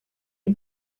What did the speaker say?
die